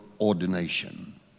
ordination